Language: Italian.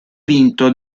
vinto